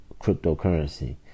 cryptocurrency